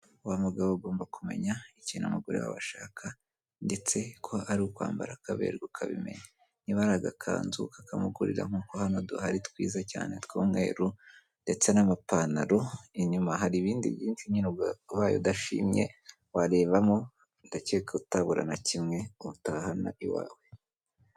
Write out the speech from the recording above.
Wa mugabo ugomba kumenya ikintu umugore wawe ashaka ndetse ko ari ukwambara akaberwa ukabimenya, niba ari agakanzu ukakamugurira nk' uko hano duhari twiza cyane tw'umweru ndetse n'amapantalo inyuma hari ibindi byinshi nyine ubwo ubaye udashimye warebamo ndakeka utabura na kimwe utahana iwawe.